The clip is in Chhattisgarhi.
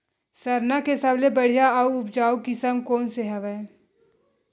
सरना के सबले बढ़िया आऊ उपजाऊ किसम कोन से हवय?